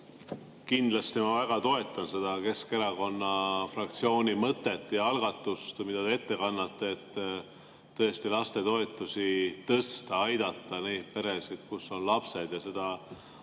kindlasti väga toetan seda Keskerakonna fraktsiooni mõtet ja algatust, mida te ette kannate. Tõesti, lastetoetusi tõsta, aidata neid peresid, kus on lapsed – seda